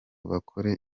bakore